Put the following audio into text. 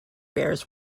bears